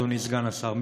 אדוני סגן השר,